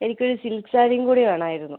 എനിക്കൊരു സിൽക്ക് സാരിയും കൂടി വേണമായിരുന്നു